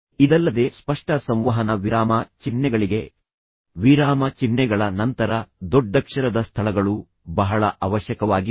ಇದಲ್ಲದೆ ಸ್ಪಷ್ಟ ಸಂವಹನ ವಿರಾಮ ಚಿಹ್ನೆಗಳಿಗೆ ವಿರಾಮ ಚಿಹ್ನೆಗಳ ನಂತರ ದೊಡ್ಡಕ್ಷರದ ಸ್ಥಳಗಳು ಬಹಳ ಅವಶ್ಯಕವಾಗಿವೆ